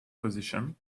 position